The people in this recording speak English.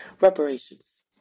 Reparations